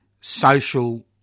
social